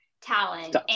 talent